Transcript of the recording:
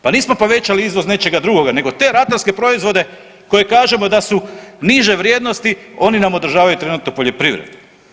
Pa nismo povećali izvoz nečega drugoga nego te ratarske proizvode koji kažemo da su niže vrijednosti oni nam održavaju trenutno poljoprivredu.